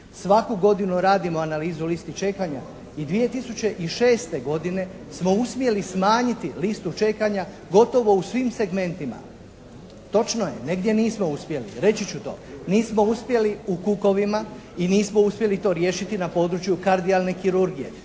Svaku godinu radimo analizu listi čekanja i 2006. godine smo uspjeli smanjiti listu čekanja gotovo u svim segmentima. Točno je, negdje nismo uspjeli, reći ću to. Nismo uspjeli u kukovima i nismo uspjeli to riješiti na području kardijalne kirurgije.